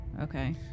Okay